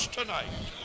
tonight